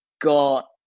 got